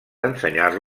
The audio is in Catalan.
ensenyar